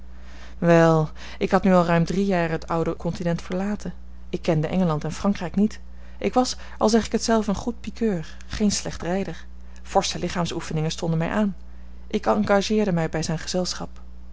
well ik had nu al ruim drie jaren het oude continent verlaten ik kende engeland en frankrijk niet ik was al zeg ik het zelf een goed piqueur geen slecht rijder forsche lichaamsoefeningen stonden mij aan ik engageerde mij bij zijn gezelschap